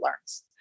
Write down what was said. learns